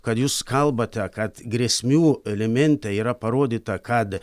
kad jūs kalbate kad grėsmių elementai yra parodyta kad